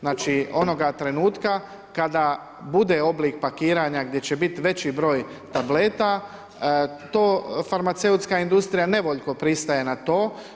Znači, onoga trenutka kada bude oblik pakiranja gdje će biti veći broj tableta to farmaceutska industrija nevoljko pristaje na to.